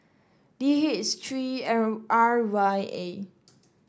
D H three L R Y A